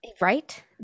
right